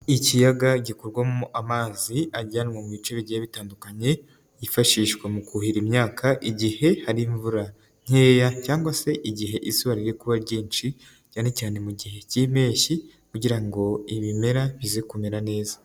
Ikiyaga gikorwamo amazi ajyanwa mu bice bigiye bitandukanye, yifashishwa mu kuhira imyaka igihe hari imvura nkeya cyangwa se igihe izuba riri kuba ryinshi, cyane cyane mu gihe cy'impeshyi kugira ngo ibimera bize kumera neza.